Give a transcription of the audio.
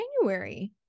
January